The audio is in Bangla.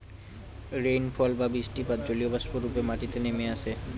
রেইনফল বা বৃষ্টিপাত জলীয়বাষ্প রূপে মাটিতে নেমে আসে